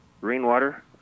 Rainwater